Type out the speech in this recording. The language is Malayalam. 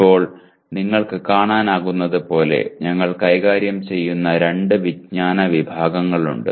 ഇപ്പോൾ നിങ്ങൾക്ക് കാണാനാകുന്നതുപോലെ ഞങ്ങൾ കൈകാര്യം ചെയ്യുന്ന രണ്ട് വിജ്ഞാന വിഭാഗങ്ങളുണ്ട്